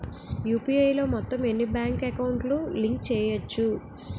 UPI లో మొత్తం ఎన్ని బ్యాంక్ అకౌంట్ లు లింక్ చేయచ్చు?